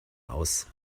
aus